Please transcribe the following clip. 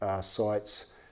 sites